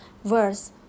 verse